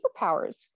superpowers